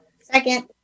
Second